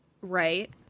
Right